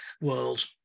world